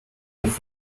with